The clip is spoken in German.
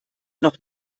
noch